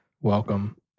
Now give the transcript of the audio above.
Welcome